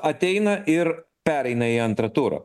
ateina ir pereina į antrą turą